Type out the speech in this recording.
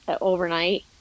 overnight